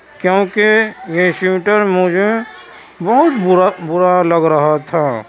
کیوںکہ یہ سیوٹر مجھے بہت برا لگ رہا تھا